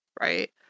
Right